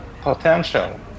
potential